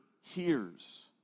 hears